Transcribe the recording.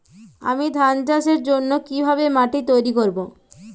আমি ধান চাষের জন্য কি ভাবে মাটি তৈরী করব?